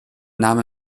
namen